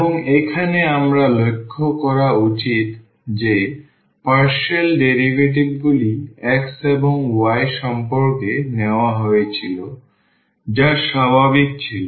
এবং এখানে আমাদের লক্ষ্য করা উচিত যে পার্শিয়াল ডেরিভেটিভগুলি x এবং y সম্পর্কে নেওয়া হয়েছিল যা স্বাভাবিক ছিল